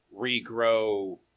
regrow